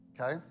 okay